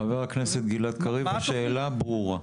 חבר הכנסת גלעד קריב, השאלה ברורה.